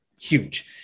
huge